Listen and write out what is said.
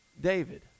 David